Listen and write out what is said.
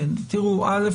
א',